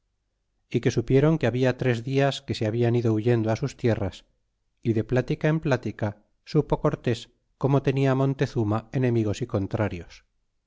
é que supieron que habla tres dias que se habian ido huyendo á sus tierras y de platica en plática supo cortes como tenia montezuma enemigos y contrarios